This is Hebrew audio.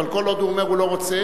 אבל כל עוד הוא אומר שהוא לא רוצה,